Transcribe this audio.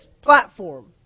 platform